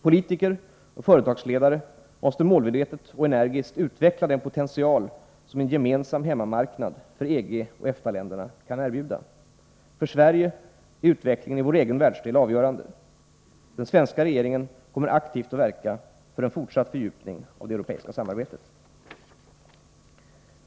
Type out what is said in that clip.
Politiker och företagsledare måste målmedvetet och energiskt utveckla den potential som en gemensam hemmamarknad för EG och EFTA länderna kan erbjuda. För Sverige är utvecklingen i vår egen världsdel avgörande. Den svenska regeringen kommer aktivt att verka för en fortsatt fördjupning av det europeiska samarbetet.